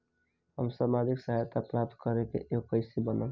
हम सामाजिक सहायता प्राप्त करे के योग्य कइसे बनब?